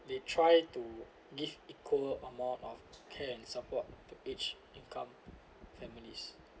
they try to give equal amount of care and support to age income families